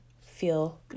feel